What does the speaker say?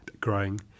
growing